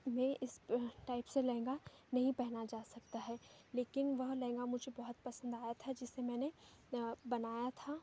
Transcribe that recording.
में इस टाइप से लहंगा नहीं पहना जा सकता है लेकिन वह लहंगा मुझे बहुत पसंद आया था जिसे मैंने बनाया था